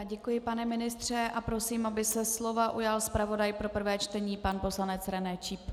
Děkuji, pane ministře, a prosím, aby se slova ujal zpravodaj pro prvé čtení pan poslanec René Číp.